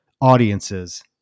audiences